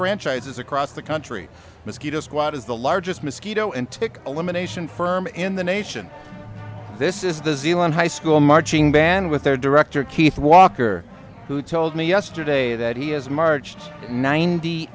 franchises across the country mosquito squad is the largest mosquito antic elimination firm in the nation this is the zealand high school marching band with their director keith walker who told me yesterday that he has marched ninety